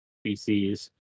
species